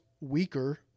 weaker